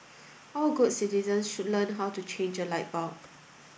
all good citizens should learn how to change a light bulb